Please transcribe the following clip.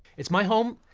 it's my home,